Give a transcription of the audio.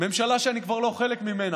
ממשלה שאני כבר לא חלק ממנה,